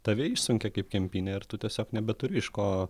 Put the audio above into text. tave išsunkia kaip kempinė ar tu tiesiog nebeturi iš ko